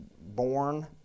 born